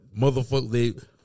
motherfuckers